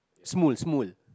small small